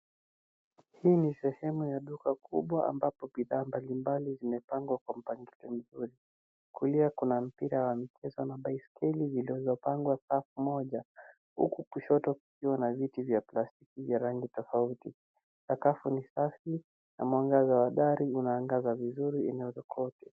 Hii ni sehemu ya duka kubwa ambapo bidhaa mbalimbali zimepangwa kwa mpangilio mzuri. Kulia kuna mpira wa michezo na baiskeli zilizopangwa safu moja huku kushoto kukiwa na viti vya plastiki vya rangi tofauti. Sakafu ni safi na mwangaza wa dari unaangaza vizuri eneo kote.